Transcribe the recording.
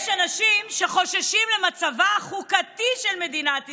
יש אנשים שחוששים למצבה החוקתי של מדינת ישראל.